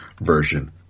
version